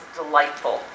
delightful